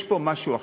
יש פה משהו אחר.